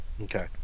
Okay